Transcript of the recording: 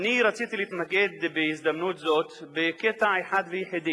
אני רציתי להתמקד בהזדמנות זאת בקטע אחד ויחידי.